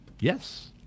Yes